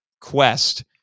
quest